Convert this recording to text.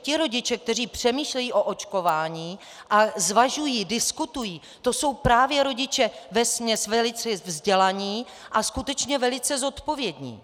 Ti rodiče, kteří přemýšlejí o očkování a zvažují, diskutují, to jsou právě rodiče vesměs velice vzdělaní a skutečně velice zodpovědní.